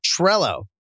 Trello